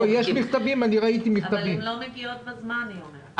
אבל היא אומרת שהן לא מגיעות בזמן.